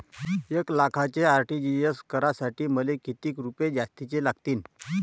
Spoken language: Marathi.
एक लाखाचे आर.टी.जी.एस करासाठी मले कितीक रुपये जास्तीचे लागतीनं?